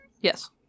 yes